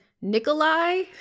Nikolai